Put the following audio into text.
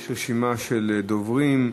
יש רשימה של דוברים.